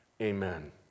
Amen